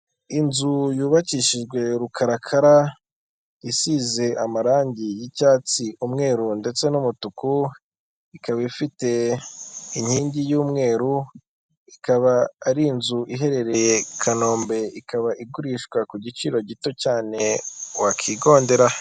Inzu yubakishijwe rukarakara isize amarangi y'icyatsi, umweru ndetse n'umutuku, ikaba ifite inkingi y'umweru, ikaba ari inzu iherereye Kanombe ikaba igurishwa ku giciro gito cyane wakigondera.